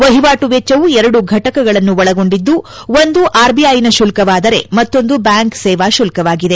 ವಹಿವಾಟು ವೆಚ್ಚವು ಎರಡು ಘಟಕಗಳನ್ನು ಒಳಗೊಂಡಿದ್ದು ಒಂದು ಆರ್ ಬಿಐನ ಶುಲ್ಕವಾದರೆ ಮತ್ತೊಂದು ಬ್ಯಾಂಕ್ ಸೇವಾ ಶುಲ್ಕವಾಗಿದೆ